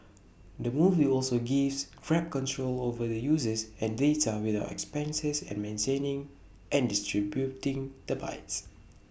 the move also gives grab control over the users and data without the expenses of maintaining and distributing the bikes